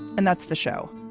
and that's the show.